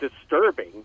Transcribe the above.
disturbing